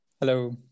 Hello